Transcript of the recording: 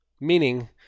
Meaning